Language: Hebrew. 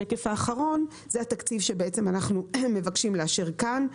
השקף האחרון זה התקציב שאנחנו מבקשים לאשר כאן.